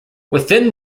within